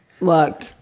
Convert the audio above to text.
Look